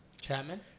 Chapman